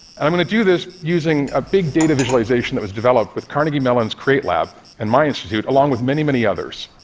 i'm going to do this using a big data visualization that was developed with carnegie mellon's create lab and my institute, along with many, many others.